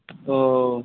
ও